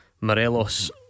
Morelos